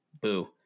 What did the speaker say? boo